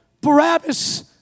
Barabbas